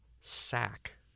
sack